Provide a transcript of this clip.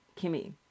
Kimmy